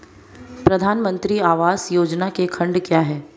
प्रधानमंत्री आवास योजना के खंड क्या हैं?